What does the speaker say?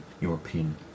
european